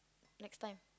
next time